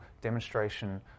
demonstration